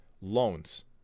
loans